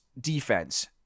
defense